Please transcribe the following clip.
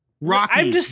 Rocky